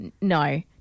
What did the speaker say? No